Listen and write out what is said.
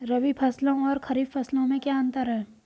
रबी फसलों और खरीफ फसलों में क्या अंतर है?